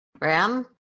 Ram